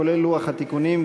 כולל לוח התיקונים,